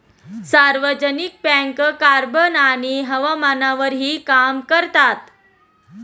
सार्वजनिक bank carbon आणि हवामानावरही काम करतात